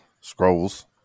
scrolls